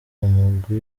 umugwi